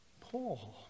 Paul